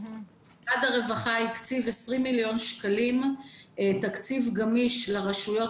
משרד הרווחה הקציב 20 מיליון שקלים תקציב גמיש לרשויות